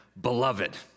beloved